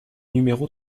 numéro